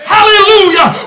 Hallelujah